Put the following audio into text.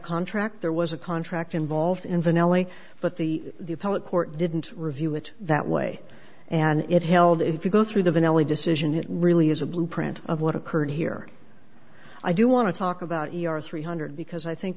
contract there was a contract involved in l a but the the appellate court didn't review it that way and it held if you go through the valley decision it really is a blueprint of what occurred here i do want to talk about your three hundred because i think